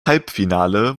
halbfinale